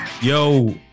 Yo